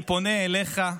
אני פונה אליך: